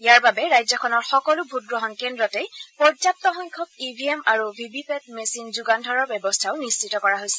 ইয়াৰ বাবে ৰাজ্যখনৰ সকলো ভোটগ্ৰহণ কেন্দ্ৰতেই পৰ্যাপ্তসংখ্যক ই ভি এম আৰু ভি ভি পেট মেচিন যোগান ধৰাৰ ব্যৱস্থাও নিশ্চিত কৰা হৈছে